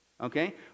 Okay